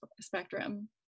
spectrum